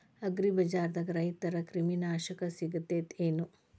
ಅಗ್ರಿಬಜಾರ್ದಾಗ ರೈತರ ಕ್ರಿಮಿ ನಾಶಕ ಸಿಗತೇತಿ ಏನ್?